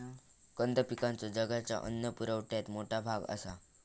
कंद पिकांचो जगाच्या अन्न पुरवठ्यात मोठा भाग आसा